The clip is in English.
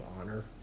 honor